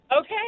Okay